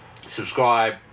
Subscribe